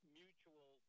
mutual